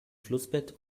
flussbett